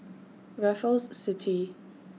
Raffles City